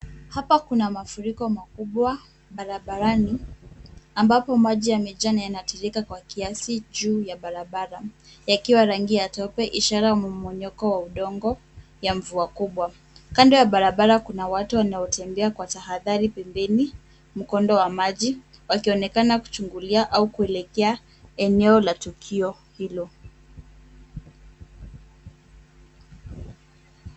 Hapa kuna mafuriko makubwa barabarani, ambapo maji yamejaa na yanatiririka kwa kiasi juu ya barabara yakiwa rangi ya tope, ishara mmomonyoko wa udongo ya mvua kubwa. Kando ya barabara kuna watu wanaotembea kwa tahadhari pembeni mkondo wa maji, wakionekana kuchungulia au kuelekea eneo la tukio hilo.